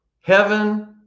heaven